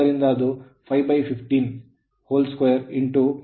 ಆದ್ದರಿಂದ ಅದು 5 1520